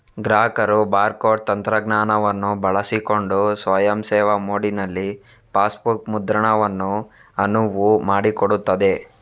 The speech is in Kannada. ಗ್ರಾಹಕರು ಬಾರ್ ಕೋಡ್ ತಂತ್ರಜ್ಞಾನವನ್ನು ಬಳಸಿಕೊಂಡು ಸ್ವಯಂ ಸೇವಾ ಮೋಡಿನಲ್ಲಿ ಪಾಸ್ಬುಕ್ ಮುದ್ರಣವನ್ನು ಅನುವು ಮಾಡಿಕೊಡುತ್ತದೆ